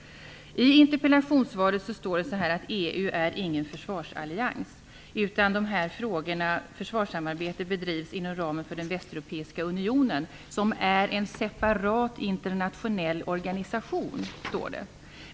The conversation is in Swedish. I interpellationssvaret står det att EU inte är någon försvarsallians, utan försvarssamarbete bedrivs inom ramen för den västeuropeiska unionen, som är "en separat internationell organisation".